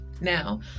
Now